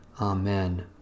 Amen